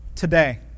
Today